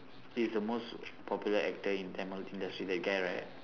is the most popular actor in tamil industry that guy right